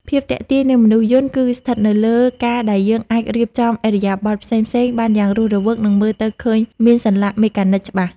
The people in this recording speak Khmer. ភាពទាក់ទាញនៃមនុស្សយន្តគឺស្ថិតនៅលើការដែលយើងអាចរៀបចំឥរិយាបថផ្សេងៗបានយ៉ាងរស់រវើក និងមើលទៅឃើញមានសន្លាក់មេកានិចច្បាស់។